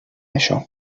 això